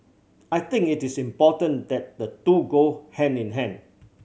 I think it is important that the two go hand in hand